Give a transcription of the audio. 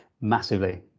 massively